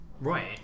Right